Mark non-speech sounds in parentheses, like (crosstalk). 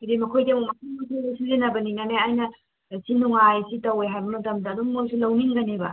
ꯑꯗꯒꯤ ꯃꯈꯣꯏꯗꯤ (unintelligible) ꯁꯤꯖꯤꯟꯅꯕꯅꯤꯅꯅꯦ ꯑꯩꯅ ꯁꯤ ꯅꯨꯡꯉꯥꯏ ꯁꯤ ꯇꯧꯋꯦ ꯍꯥꯏꯕ ꯃꯇꯝꯗ ꯑꯗꯨꯝ ꯃꯣꯏꯁꯨ ꯂꯧꯅꯤꯡꯒꯅꯦꯕ